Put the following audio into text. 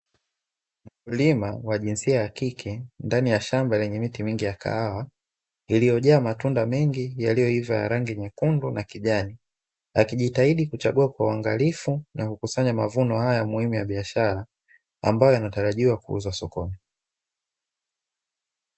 Mkulima wa jinsia ya kike ndani ya shamba lenye miti mingi ya kahawa iliyojaa matunda mengi yaliyoiva ya rangi nyekundu na kijani, akijitahidi kuchagua kwa uangalifu na kukusanya mavuno haya muhimu ya biashara, ambayo yanatarajiwa kuuzwa sokoni.